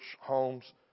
homes